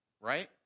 right